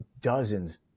dozens